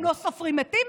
הם לא סופרים מתים,